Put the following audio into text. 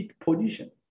position